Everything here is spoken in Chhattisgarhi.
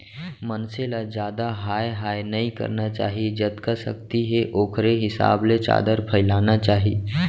मनसे ल जादा हाय हाय नइ करना चाही जतका सक्ति हे ओखरे हिसाब ले चादर फइलाना चाही